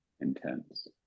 intense